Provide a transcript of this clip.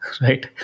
right